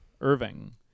Irving